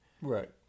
Right